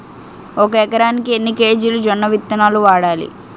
ఒక ఎకరానికి ఎన్ని కేజీలు జొన్నవిత్తనాలు వాడాలి?